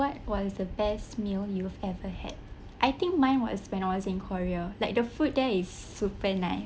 what was the best meal you've ever had I think mine was when I was in korea like the food there is super nice